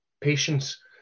patience